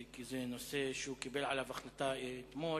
כי זה נושא שהוא קיבל עליו החלטה אתמול.